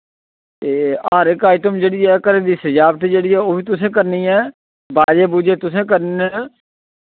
ते हर इक आइटम जेह्ड़ी ऐ घरे दी सजावट जेह्ड़ी ऐ ओह् बी तुसैं करनी ऐ बाजे बूजे तुसैं करने न